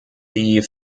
die